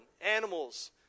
animals